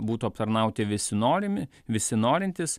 būtų aptarnauti visi norimi visi norintys